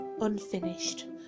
Unfinished